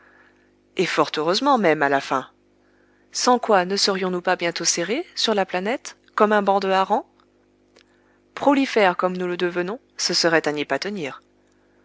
et fort heureusement même à la fin sans quoi ne serions-nous pas bientôt serrés sur la planète comme un banc de harengs prolifères comme nous le devenons ce serait à n'y pas tenir